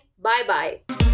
bye-bye